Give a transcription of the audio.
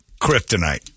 kryptonite